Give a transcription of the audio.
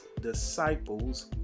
disciples